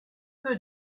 peu